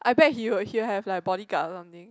I bet he will he will have like bodyguard or something